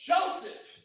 Joseph